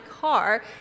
car